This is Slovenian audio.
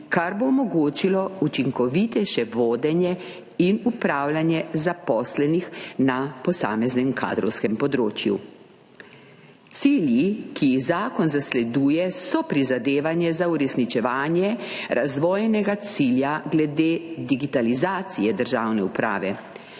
kar bo omogočilo učinkovitejše vodenje in upravljanje zaposlenih na posameznem kadrovskem področju. Cilji, ki jih zakon zasleduje, so prizadevanje za uresničevanje razvojnega cilja glede digitalizacije državne uprave,